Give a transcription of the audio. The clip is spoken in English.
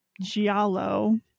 giallo